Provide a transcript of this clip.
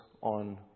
on